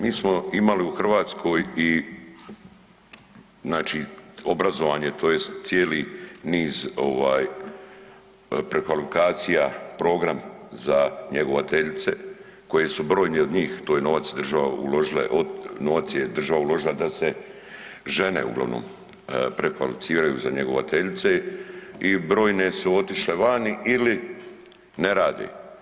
Mi smo imali u Hrvatskoj i obrazovanje tj. cijeli niz prekvalifikacija program za njegovateljice koje su brojne od njih, to je novac država uložila, novac je država uložila da se žene uglavnom prekvalificiraju za njegovateljice i brojne su otišle vani ili ne rade.